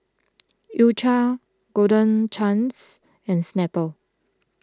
U Cha Golden Chance and Snapple